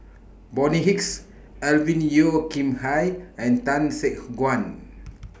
Bonny Hicks Alvin Yeo Khirn Hai and Tan Guan